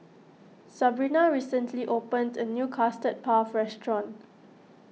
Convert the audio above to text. Sabrina recently opened a new Custard Puff restaurant